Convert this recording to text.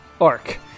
arc